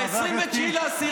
ב-29 באוקטובר,